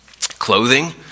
Clothing